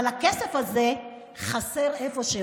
אבל הכסף הזה חסר איפה שהוא".